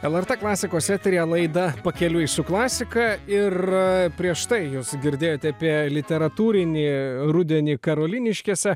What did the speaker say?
lrt klasikos eteryje laida pakeliui su klasika ir prieš tai jūs girdėjote apie literatūrinį rudenį karoliniškėse